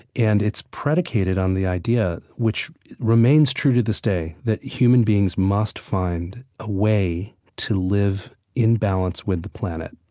and it's predicated on the idea, which remains true to this day, that human beings must find a way to live in balance with the planet,